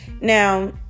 Now